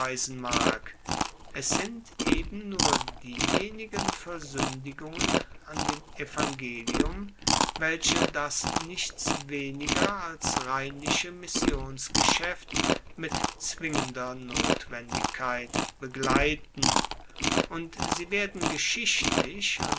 mag es sind eben nur diejenigen versuendigungen an dem evangelium welche das nichts weniger als reinliche missionsgeschaeft mit zwingender notwendigkeit begleiten und sie werden geschichtlich